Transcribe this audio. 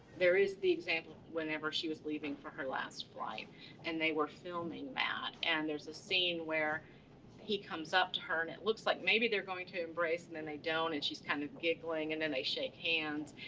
there is the example whenever she was leaving for her last flight and they were filming that. and there's a scene where he comes up to her, and it look like maybe they're going to embrace, and then they don't, and she's kind of giggling, and then they shake hands.